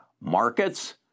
markets